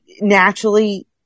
naturally